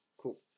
Cool